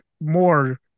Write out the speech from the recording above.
more